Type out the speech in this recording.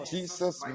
Jesus